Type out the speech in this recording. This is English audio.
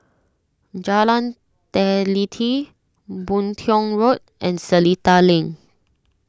Jalan Teliti Boon Tiong Road and Seletar Link